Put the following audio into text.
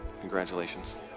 Congratulations